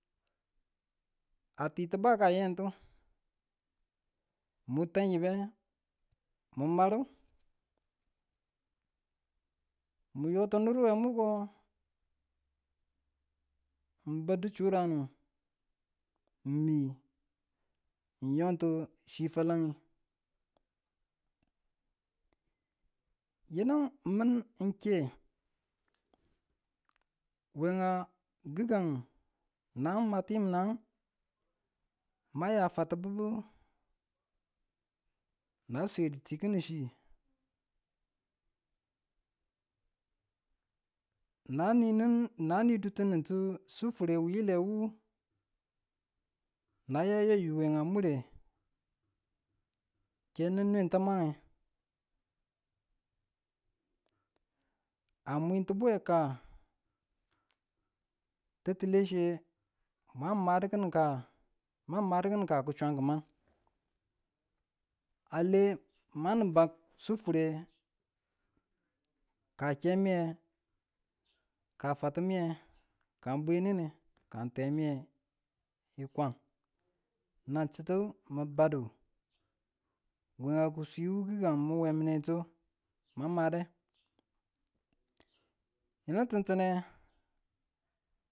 A ti̱tuba kayentu, mu tan yibbe, mu maru, mi yo tin nerwe muko, n baddi churang n mii n yontu chi fwalengi, yinu min ke wenga gigang nan ma timinang maya fwatububu nan swedu ti ki̱nichi, nan nin di̱tunitu sufure wile wu nan yayayuamure ke nu nwe tamang, a mwintuduwe ka titilechiye man maduki̱ka sufure ka kemiye kaan fwatimiwe kaan bwenine kaan temiye yikwan nanchutuwu n badu we a kiswiwu gigang min we minetu mam made, yinu ti̱nti̱nne.